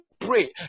pray